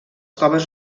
coves